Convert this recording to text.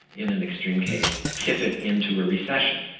in an extreme case, tip it into a recession.